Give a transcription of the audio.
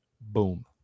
Boom